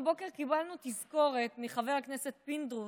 הבוקר קיבלנו תזכורת מחבר הכנסת פינדרוס,